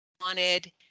wanted